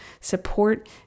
support